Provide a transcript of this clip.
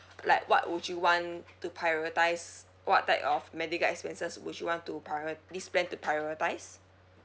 like what would you want to prioritize what type of medical expenses would you want to priori~ this plan to prioritize